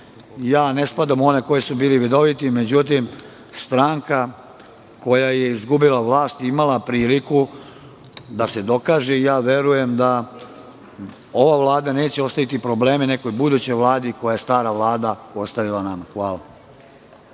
ne spadam u one koji su bili vidoviti. Međutim, stranka koja je izgubila vlast je imala priliku da se dokaže. Verujem da ova Vlada neće ostaviti probleme nekoj budućoj Vladi koje je stara Vlada ostavila nama.